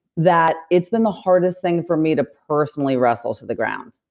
that it's been the hardest thing for me to personally wrestle to the ground